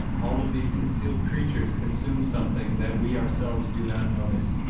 all of these concealed creatures consume something that we ourselves do not notice,